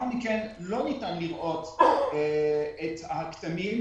לאחר מכן לא ניתן לראות את הכתמים,